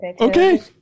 Okay